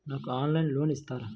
నాకు ఆన్లైన్లో లోన్ ఇస్తారా?